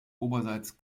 oberseits